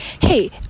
hey